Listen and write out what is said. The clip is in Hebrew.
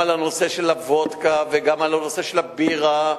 הנושא של הוודקה וגם על הנושא של הבירה,